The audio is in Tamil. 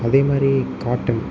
அதே மாதிரி காட்டன்